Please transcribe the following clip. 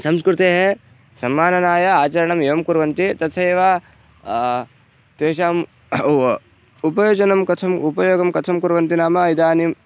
संस्कृतेः सम्माननाय आचरणम् एवं कुर्वन्ति तथैव तेषाम् उपयोजनं कथम् उपयोगं कथं कुर्वन्ति नाम इदानीं